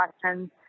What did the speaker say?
questions